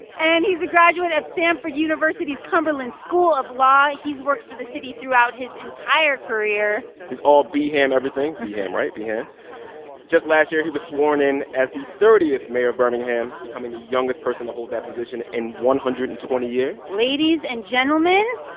and he's a graduate of samford university's cumberland school of law. he's worked for the city throughout his entire career he's all b-ham everything. b-ham, right? b-ham just last year, he was sworn in as the thirtieth mayor of birmingham, becoming the youngest person to hold that position in one hundred and twenty years ladies and gentlemen,